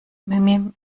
mimim